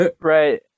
Right